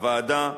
הוועדה,